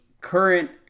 Current